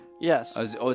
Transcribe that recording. Yes